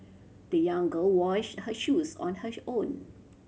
the young girl washed her shoes on hers own